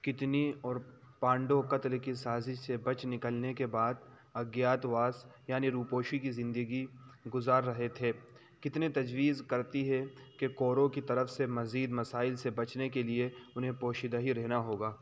کتنی اور پانڈو قتل کی سازش سے بچ نکلنے کے بعد اگیات واس یعنی روپوشی کی زندگی گزار رہے تھے کتنے تجویز کرتی ہے کہ کورو کی طرف سے مزید مسائل سے بچنے کے لیے انہیں پوشیدہ ہی رہنا ہوگا